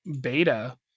beta